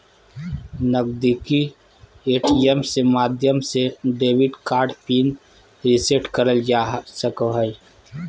नजीदीकि ए.टी.एम के माध्यम से डेबिट कार्ड पिन रीसेट करल जा सको हय